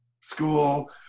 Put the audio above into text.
school